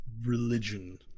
religion